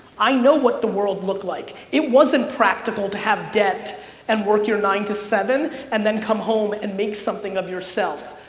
i know what the world looked like. it wasn't practical to have debt and work you're nine to seven and then come home and make something of yourself.